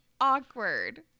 awkward